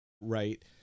right